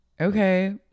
Okay